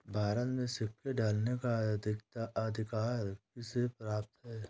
भारत में सिक्के ढालने का अधिकार किसे प्राप्त है?